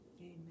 Amen